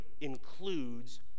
includes